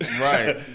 Right